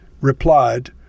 replied